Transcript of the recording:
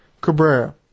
Cabrera